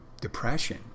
depression